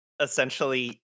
essentially